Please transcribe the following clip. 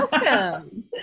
welcome